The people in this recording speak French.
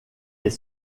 est